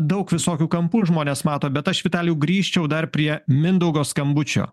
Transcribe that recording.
daug visokių kampų žmonės mato bet aš vitalijau grįžčiau dar prie mindaugo skambučio